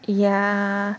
!aiya!